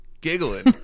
giggling